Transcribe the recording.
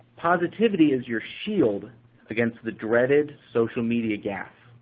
positivity is your shield against the dreaded social media gaffe.